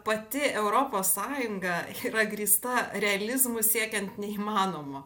pati europos sąjunga yra grįsta realizmu siekiant neįmanomo